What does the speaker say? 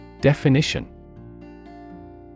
Definition